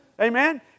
Amen